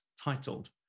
titled